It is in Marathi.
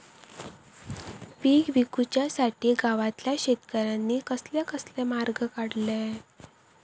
पीक विकुच्यासाठी गावातल्या शेतकऱ्यांनी कसले कसले मार्ग काढले?